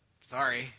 sorry